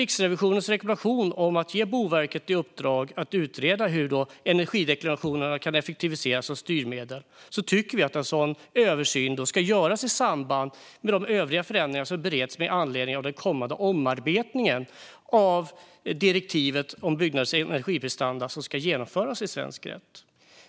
Riksrevisionen ger en rekommendation om att ge Boverket i uppdrag att utreda hur energideklarationerna kan effektiviseras som styrmedel. Vi tycker att en sådan översyn ska göras i samband med de övriga förändringar som bereds med anledning av att den kommande omarbetningen av direktivet om byggnaders energiprestanda som ska genomföras i svensk rätt.